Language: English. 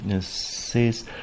says